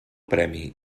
premi